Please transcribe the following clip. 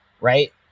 right